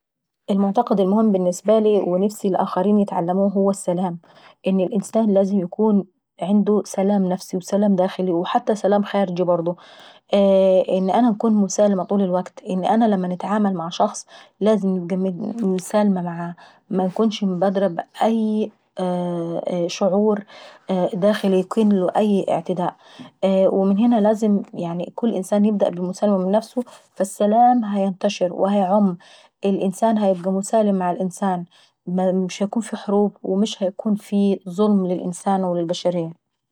المعتقد المهم بالنسبة لي ونفسي الاخرين يتعلموه هو السلام. ان الانسان لازم يكون عنده سلام نفسي وسلام داخلي وحتى سلام خارجي برضه. ان انا نكون مسالمة طول الوكت انا لما نتعامل مع حد لازم انكون مسالمة معاه. منكونش مبادرة باي شعور داخلي يكن له أي اعتداء. ومن هنا لازم يعني كل انسان يبدأ بالمسالمة من نفسه فالسلام هينتشر وهيعم، والانسان هيبقى مسالم مع الانسان مش هيكون في حروب ومش هيكون ظلم للانسانوللبشرية.